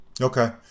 Okay